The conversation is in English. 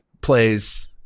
plays